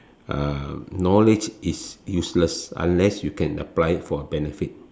uh knowledge is useless unless you can apply it for a benefit